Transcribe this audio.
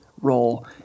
role